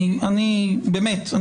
באמת,